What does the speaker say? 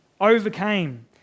overcame